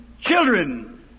children